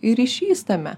ir ryšys tame